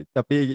Tapi